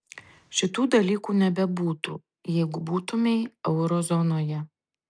šitų dalykų nebebūtų jeigu būtumei euro zonoje